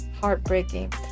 heartbreaking